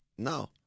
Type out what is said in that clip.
No